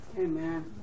Amen